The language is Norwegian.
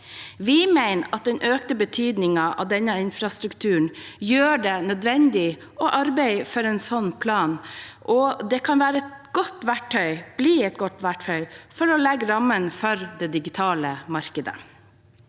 Vi mener at den økte betydningen av denne infrastrukturen gjør det nødvendig å arbeide for en sånn plan, og det kan bli et godt verktøy for å legge rammene for det digitale markedet,